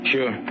Sure